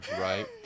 right